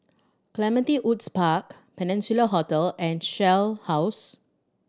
Clementi Woods Park Peninsula Hotel and Shell House